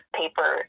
paper